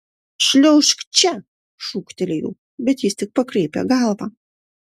šliaužk čia šūktelėjau bet jis tik pakraipė galvą